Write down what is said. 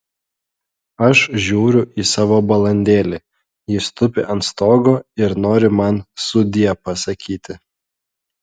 aš žiūriu į savo balandėlį jis tupi ant stogo ir nori man sudie pasakyti